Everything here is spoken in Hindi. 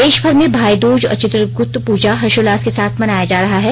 देशभर में भाइदूज और चित्रगुप्त पूजा का पर्व हर्षोल्लास के साथ मनाया जा रहा है